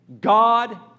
God